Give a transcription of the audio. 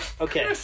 Okay